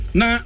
na